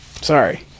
Sorry